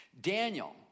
Daniel